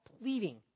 pleading